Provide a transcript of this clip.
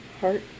heart